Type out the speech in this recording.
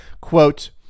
quote